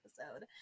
episode